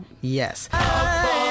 Yes